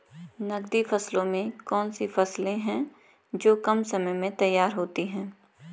नकदी फसलों में कौन सी फसलें है जो कम समय में तैयार होती हैं?